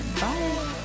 Bye